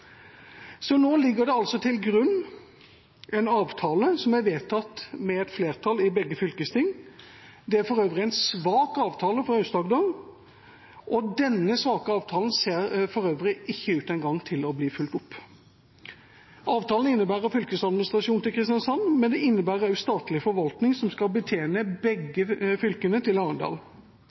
Så nå ligger det til grunn en avtale som er vedtatt med et flertall i begge fylkesting. Det er for øvrig en svak avtale for Aust-Agder, og denne svake avtalen ser for øvrig ikke engang ut til å bli fulgt opp. Avtalen innebærer at fylkesadministrasjonen legges til Kristiansand, men den innebærer også at statlig forvaltning, som skal betjene begge fylkene, legges til Arendal.